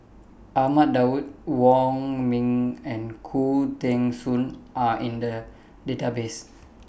Ahmad Daud Wong Ming and Khoo Teng Soon Are in The Database